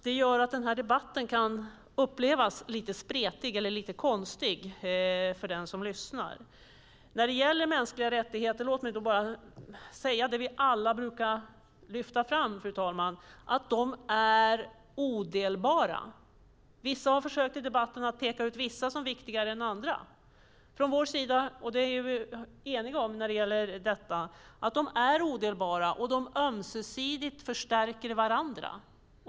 Det gör att debatten kan upplevas lite spretig eller konstig för den som lyssnar. När det gäller mänskliga rättigheter vill jag säga det vi alla brukar lyfta fram, nämligen att de är odelbara. Några har i debatten försökt peka ut vissa som viktigare än andra, men de är odelbara och förstärker ömsesidigt varandra.